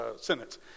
sentence